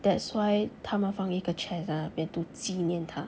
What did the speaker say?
that's why 他们放一个 chair 在那边 to 纪念他